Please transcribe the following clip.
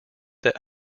that